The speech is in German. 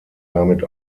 damit